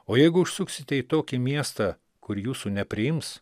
o jeigu užsuksite į tokį miestą kur jūsų nepriims